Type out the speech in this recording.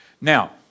Now